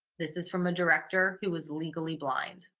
this is from a director who was legally blind.